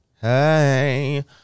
Hey